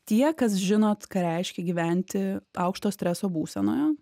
tie kas žinot ką reiškia gyventi aukšto streso būsenoje